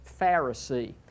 Pharisee